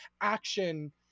action